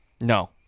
No